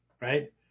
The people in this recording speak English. right